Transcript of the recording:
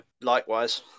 likewise